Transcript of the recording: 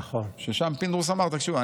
שם פינדרוס אמר: תקשיבו,